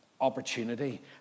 opportunity